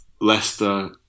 Leicester